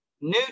new